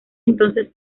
entonces